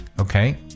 okay